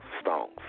stones